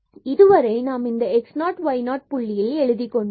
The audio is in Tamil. எனவே இதுவரை நாம் இந்த x0 y0 புள்ளியில் எழுதிக் கொண்டோம்